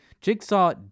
Jigsaw